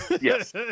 Yes